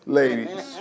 ladies